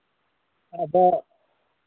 ᱟᱫᱚ